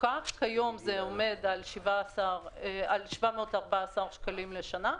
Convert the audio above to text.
כיום זה עומד על 714 שקלים לשנה.